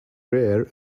rare